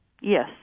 Yes